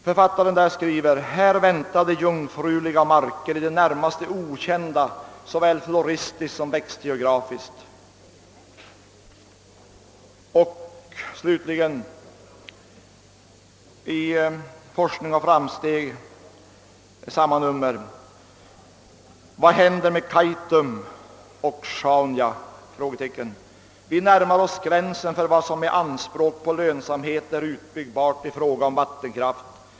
Författaren skriver: »Här väntade jungfruliga marker, i det närmaste okända såväl floristiskt som växtgeografiskt.» I samma nummer av Forskning och Framsteg står det under rubriken »Vad händer med Kaitum och Sjaunja?»: »Vi närmar oss gränsen för vad som med anspråk på lönsamhet är utbyggbart i fråga om vattenkraft.